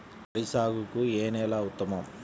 వరి సాగుకు ఏ నేల ఉత్తమం?